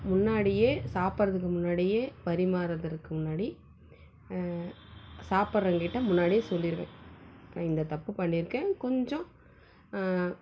முன்னாடியே சாப்பிட்றதுக்கு முன்னாடியே பரிமாறுவதற்கு முன்னாடி சாப்பிட்றவங்கக்கிட்ட முன்னாடியே சொல்லிடுவேன் நான் இந்த தப்பு பண்ணியிருக்கேன் கொஞ்சம்